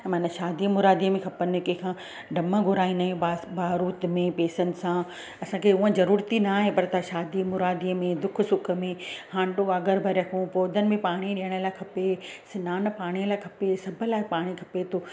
माना शादी मुरादीअ में खपनि कंहिं खां ढम घुराईंदा आहियूं बास भाड़ुत में पैसनि सां असांखे उहो ज़रूरत न आहे पर तव्हां शादी मुरादीअ में दुख सुख में हांडो आगर भरू पौधनि में पाणी ॾियण लाइ खपे सनानु पाणीअ लाइ खपे सभु लाइ पाणी खपे थो